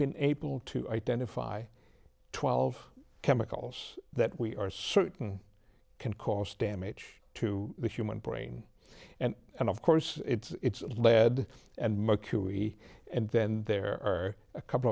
been able to identify twelve chemicals that we are certain can cause damage to the human brain and and of course its lead and mercury and then there are a couple